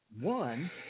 one